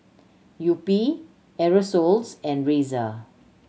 Yupi Aerosoles and Razer